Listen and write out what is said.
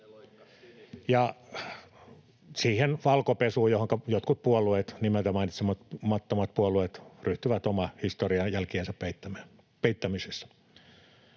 sitä valkopesua, johonka jotkut puolueet, nimeltä mainitsemattomat puolueet, ryhtyvät oman historian jälkien peittämisessä.